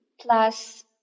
plus